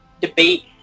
debate